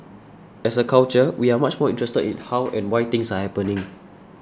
as a culture we are much more interested in how and why things are happening